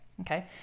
Okay